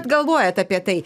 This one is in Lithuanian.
galvojat apie tai